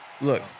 Look